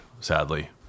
sadly